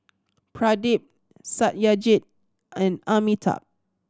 Pradip Satyajit and Amitabh